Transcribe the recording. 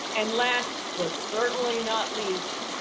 and last, but certainly not least,